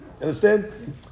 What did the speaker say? Understand